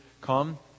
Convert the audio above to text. come